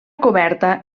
coberta